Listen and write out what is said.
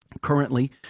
Currently